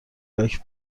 لاک